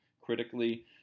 critically